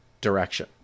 direction